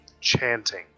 chanting